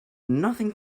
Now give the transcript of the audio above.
nothing